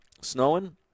snowing